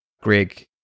Greg